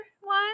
one